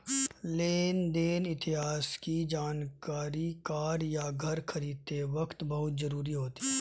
लेन देन इतिहास की जानकरी कार या घर खरीदते वक़्त बहुत जरुरी होती है